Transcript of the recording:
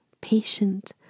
patient